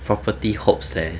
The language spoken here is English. property hopes leh